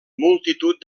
multitud